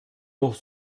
noch